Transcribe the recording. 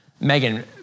Megan